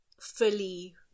fully